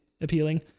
appealing